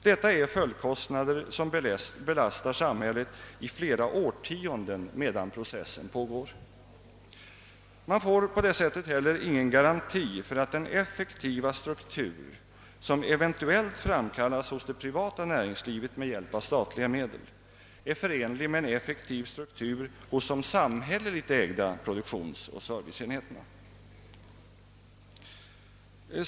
Detta är följdkostnader som belastar samhället i flera årtionden medan processen pågår. Man får på det sättet inte heller någon garanti för att den effektiva struktur, som eventuellt framkallas hos det privata näringslivet med hjälp av statliga medel, är förenlig med en effektiv struktur hos de samhälleligt ägda produktionsoch serviceenheterna.